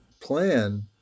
plan